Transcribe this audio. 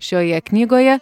šioje knygoje